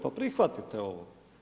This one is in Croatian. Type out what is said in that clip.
Pa prihvatite ovo.